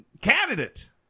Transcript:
candidate